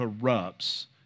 corrupts